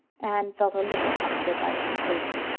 anne felt a little comforted by this conclusion.